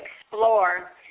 explore